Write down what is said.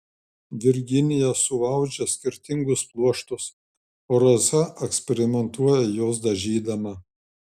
virginija suaudžia skirtingus pluoštus o rasa eksperimentuoja juos dažydama